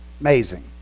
Amazing